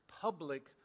public